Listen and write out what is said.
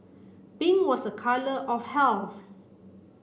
pink was a colour of health